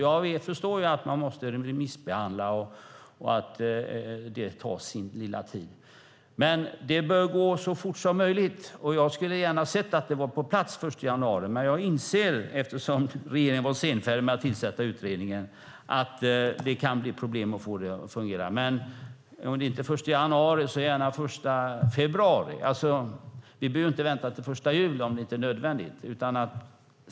Jag förstår att man måste remissbehandla och att det tar tid. Men det bör gå så fort som möjligt. Jag skulle gärna ha sett att det var på plats den 1 januari. Men eftersom regeringen var sen med att tillsätta utredningen inser jag att det kan bli problem. Om det inte blir den 1 januari, så gärna den 1 februari. Vi behöver inte vänta till den 1 juli om det inte är nödvändigt.